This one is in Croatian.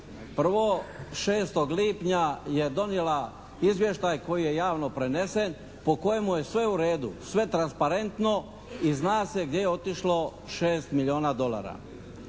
Prvo, 6. lipnja je donijela izvještaj koji je javno prenesen po kojemu je sve u redu, sve transparentno i zna se gdje je otišlo 6 milijuna dolara.